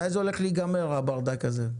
מתי הולך להיגמר הברדק הזה?